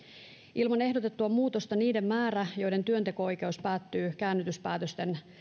ilman ehdotettua muutosta niiden määrä joiden työnteko oikeus päättyy käännytyspäätöksen